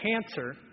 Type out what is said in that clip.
cancer